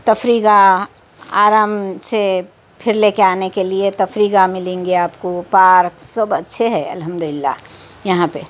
تفریح گاہ آرام سے پھر لے کے آنے کے لیے تفریح گاہ ملیں گے آپ کو پارکس سب اچھے ہے الحمد لِلّہ یہاں پہ